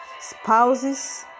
Spouses